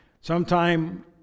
sometime